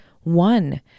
one